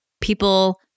people